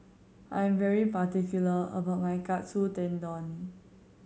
I am very particular about my Katsu Tendon